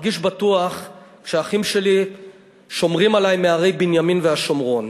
מרגיש בטוח כשאחים שלי שומרים עלי מהרי בנימין והשומרון.